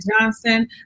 Johnson